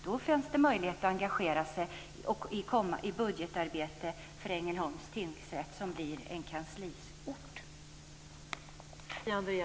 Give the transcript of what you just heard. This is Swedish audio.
Då fanns det möjlighet att engagera sig i budgetarbete för Ängelholms tingsrätt, som blir en kansliort.